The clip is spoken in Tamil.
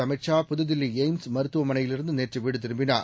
அமித் ஷா புதுதில்லிஏய்ம்ஸ் மருத்துவமனையிலிருந்துநேற்றுவீடுதிரும்பினார்